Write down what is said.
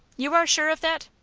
you are sure of that?